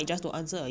put it in a chat